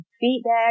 feedback